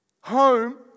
home